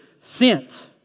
sent